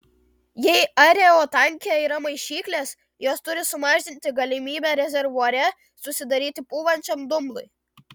jei aerotanke yra maišyklės jos turi sumažinti galimybę rezervuare susidaryti pūvančiam dumblui